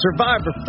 Survivor